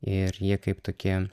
ir jie kaip tokie